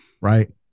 right